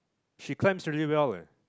she climbs really well eh